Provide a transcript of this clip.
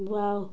wow